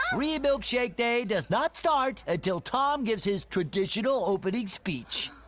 free ah milkshake day does not start until tom gives his traditional opening speech.